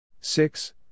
six